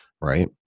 right